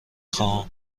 خواهم